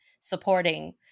supporting